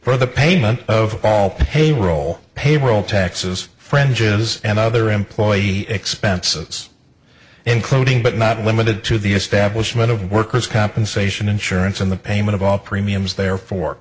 for the payment of all payroll payroll taxes fringes and other employee expenses including but not limited to the establishment of workers compensation insurance and the payment of all premiums therefore